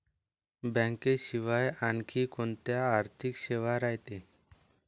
बँकेशिवाय आनखी कोंत्या आर्थिक सेवा रायते?